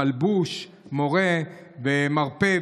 מלבוש, מורה ומרפא.